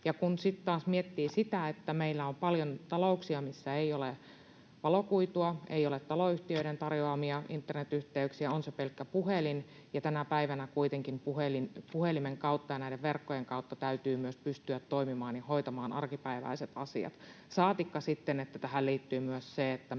kun taas miettii sitä, että meillä on paljon talouksia, missä ei ole valokuitua, ei ole taloyhtiöiden tarjoamia internetyhteyksiä, on se pelkkä puhelin, niin tänä päivänä kuitenkin puhelimen kautta ja näiden verkkojen kautta täytyy myös pystyä toimimaan ja hoitamaan arkipäiväiset asiat, saatikka sitten, että tähän liittyy myös se, että